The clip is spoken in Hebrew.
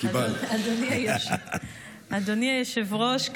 אדוני היושב-ראש,